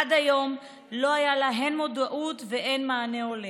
אך עד היום לא היו לה הן מודעות והן מענה הולם.